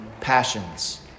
passions